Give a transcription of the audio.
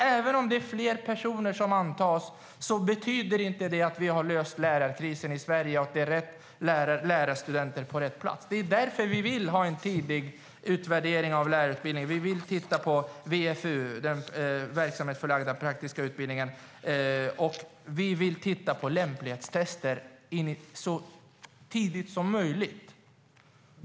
Även om fler personer antas betyder det inte att vi har löst lärarkrisen i Sverige och att det är rätt lärarstudenter som söker till platserna. Det är därför vi vill ha en tidig utvärdering av lärarutbildningen. Vi vill titta på VFU, den verksamhetsförlagda praktiska utbildningen, och vi vill titta på lämplighetstester så tidigt som möjligt.